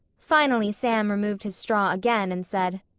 finally sam removed his straw again and said,